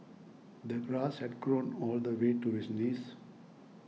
the grass had grown all the way to his knees